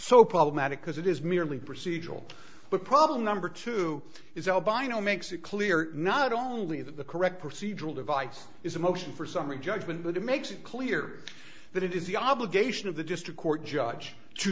so problematic because it is merely procedural but problem number two is albino makes it clear not only that the correct procedural device is a motion for summary judgment but it makes it clear that it is the obligation of the district court judge to